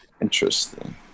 Interesting